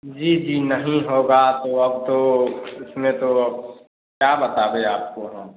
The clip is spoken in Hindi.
जी जी नहीं होगा तो अब तो इसमें तो अब क्या बताएं आपको हम